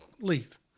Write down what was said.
leave